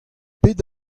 pet